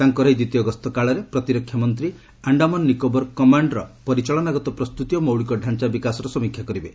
ତାଙ୍କର ଏହି ଦ୍ୱିତୀୟ ଗସ୍ତକାଳରେ ପ୍ରତିରକ୍ଷା ମନ୍ତ୍ରୀ ଆଣ୍ଡାମାନ ନିକୋବର କମାଣ୍ଡର ପରିଚାଳନାଗତ ପ୍ରସ୍ତୁତି ଓ ମୌଳିକ ଡାଞ୍ଚା ବିକାଶର ସମୀକ୍ଷା କରିବେ